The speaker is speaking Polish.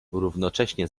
równocześnie